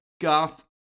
goth